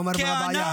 הוא אמר: מה הבעיה.